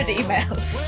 emails